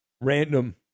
random